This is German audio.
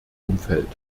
umfeld